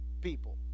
people